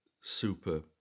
super